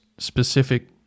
specific